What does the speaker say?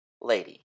lady